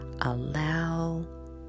allow